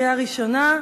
קריאה ראשונה.